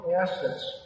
assets